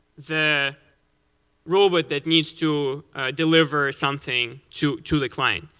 the robot that needs to deliver something to to the client.